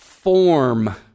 form